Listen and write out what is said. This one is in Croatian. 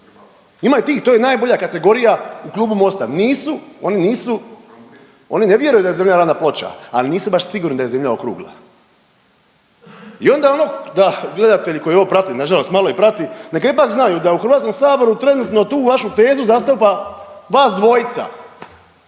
Ima tih, to je najbolja kategorija u Klubu MOST-a, nisu, oni nisu, oni ne vjeruju da je Zemlja ravna ploča, ali nisu baš sigurni da je Zemlja okrugla. I onda ono, da gledatelji koji ovo prati, nažalost malo ih prati neka ipak znaju da u Hrvatskom saboru trenutno tu vašu tezu zastupa vas dvojica,